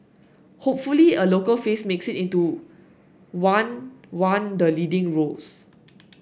hopefully a local face makes it into one one the leading roles